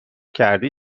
کردی